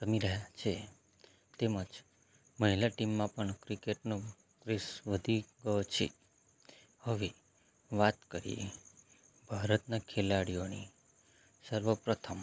રમી રહ્યા છે તેમજ મહિલા ટીમમાં પણ ક્રિકેટનો ક્રેઝ વધી રહ્યો છે હવે વાત કરીએ ભારતના ખેલાડીઓની સર્વપ્રથમ